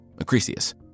Acrisius